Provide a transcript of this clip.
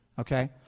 Okay